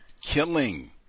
Killing